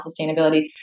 sustainability